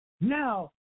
Now